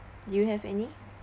do you have any